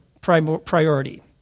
priority